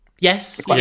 Yes